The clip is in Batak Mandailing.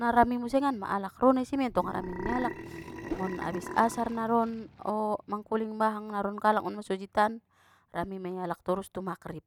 Na rami musengan ma alak ro na isi mentong haramian ni alak ngon abis ashar naron o mangkuling bahang naron kalak ngon masojidtan rami mei alak torus tu maghrib,